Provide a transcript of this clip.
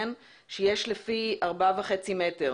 לפי 4.5 מטר